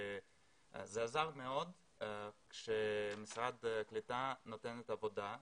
זה עזר מאוד כאשר משרד הקליטה נותן עבודה.